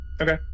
Okay